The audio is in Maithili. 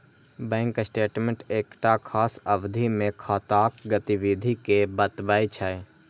बैंक स्टेटमेंट एकटा खास अवधि मे खाताक गतिविधि कें बतबै छै